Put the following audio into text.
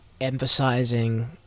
emphasizing